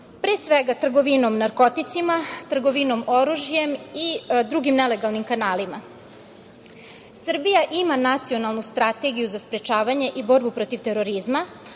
pre svega trgovinom narkoticima, trgovinom oružjem i drugim nelegalnim kanalima. Srbija ima Nacionalnu strategiju za sprečavanje i borbu protiv terorizma,